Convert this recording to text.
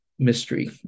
Mystery